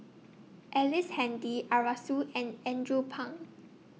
Ellice Handy Arasu and Andrew Phang